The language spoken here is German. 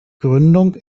gründung